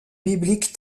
biblique